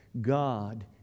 God